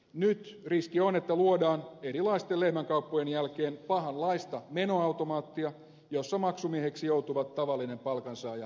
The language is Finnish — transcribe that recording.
nyt riski on että luodaan erilaisten lehmänkauppojen jälkeen pahanlaista menoautomaattia jossa maksumiehiksi joutuvat tavalliset palkansaaja ja eläkeläiskotitaloudet